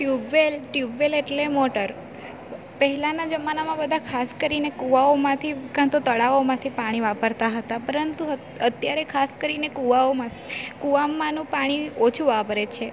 tubewell tubewell એટલે motor પહેલાના જમાનામાં બધાં ખાસ કરીને કુવાઓમાંથી ક્યાંતો તળાવોમાંથી પાણી વાપરતાં હતાં પરંતુ અત્યારે ખાસ કરીને કુવાઓમાંથ કુવાઓમાંનું પાણી ઓછું વાપરે છે